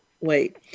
wait